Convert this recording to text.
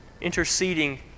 interceding